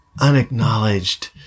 unacknowledged